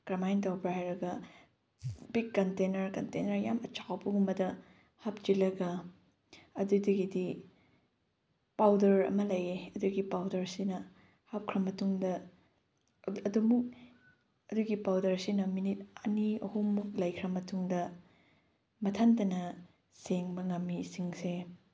ꯀꯔꯝꯍꯥꯏꯅ ꯇꯧꯕ꯭ꯔꯥ ꯍꯥꯏꯔꯒ ꯕꯤꯒ ꯀꯟꯇꯦꯅꯔ ꯀꯟꯇꯦꯅꯔ ꯌꯥꯝ ꯑꯆꯥꯎꯕꯒꯨꯝꯕꯗ ꯍꯥꯞꯆꯤꯜꯂꯒ ꯑꯗꯨꯗꯒꯤꯗꯤ ꯄꯥꯎꯗꯔ ꯑꯃ ꯂꯩꯌꯦ ꯑꯗꯨꯒꯤ ꯄꯥꯎꯗꯔꯁꯤꯅ ꯍꯥꯞꯈ꯭ꯔ ꯃꯇꯨꯡꯗ ꯑꯗꯨꯃꯨꯛ ꯑꯗꯨꯒꯤ ꯄꯥꯎꯗꯔꯁꯤꯅ ꯃꯤꯅꯤꯠ ꯑꯅꯤ ꯑꯍꯨꯝꯃꯨꯛ ꯂꯩꯈ꯭ꯔ ꯃꯇꯨꯡꯗ ꯃꯊꯟꯇꯅ ꯁꯦꯡꯕ ꯉꯝꯃꯤ ꯏꯁꯤꯡꯁꯦ